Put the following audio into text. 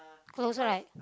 close right